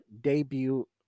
debut